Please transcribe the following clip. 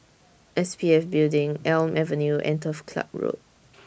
S P F Building Elm Avenue and Turf Ciub Road